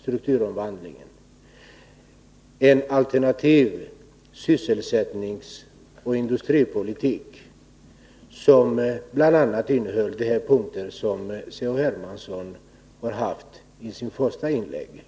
strukturomvandlingen, en alternativ sysselsättningsoch industripolitik som bl.a. innehöll de punkter som Cårl-Henrik Hermansson tog upp i sitt första inlägg.